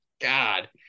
God